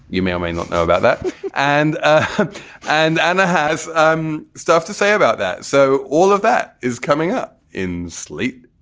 you may or may not know about that and ah and i and have um stuff to say about that. so all of that is coming up in slate.